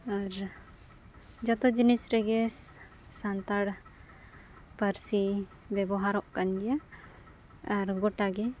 ᱟᱨ ᱡᱚᱛᱚ ᱡᱤᱱᱤᱥ ᱨᱮᱜᱮ ᱥᱟᱱᱛᱟᱲ ᱯᱟᱹᱨᱥᱤ ᱵᱮᱵᱚᱦᱟᱨᱚᱜ ᱠᱟᱱ ᱜᱮᱭᱟ ᱟᱨ ᱜᱚᱴᱟᱜᱮ